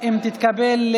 אם תתקבל,